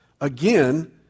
Again